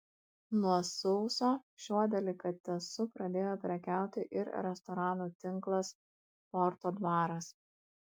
nuo sausio šiuo delikatesu pradėjo prekiauti ir restoranų tinklas forto dvaras